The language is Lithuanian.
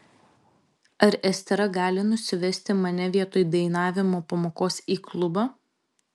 ar estera gali nusivesti mane vietoj dainavimo pamokos į klubą